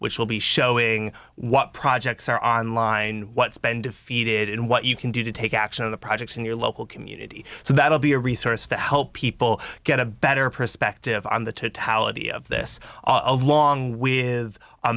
which will be showing what projects are on line what's been defeated and what you can do to take action of the projects in your local community so that'll be a resource to help people get a better perspective on the totality of this all along with